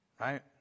right